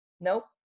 nope